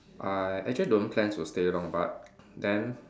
I actually don't plan to stay long but then